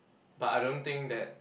but I don't think that